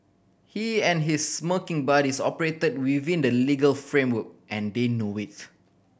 he and his smirking buddies operate within the legal framework and they know it